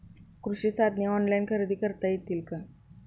कृषी साधने ऑनलाइन खरेदी करता येतील का?